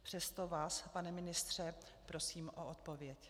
Přesto vás, pane ministře, prosím o odpověď.